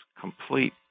complete